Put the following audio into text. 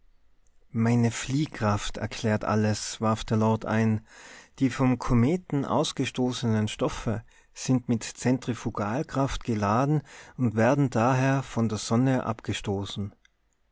meine fliehkraft erklärt alles warf der lord ein die vom kometen ausgestoßenen stoffe sind mit zentrifugalkraft geladen und werden daher von der sonne abgestoßen